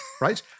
right